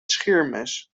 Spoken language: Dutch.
scheermes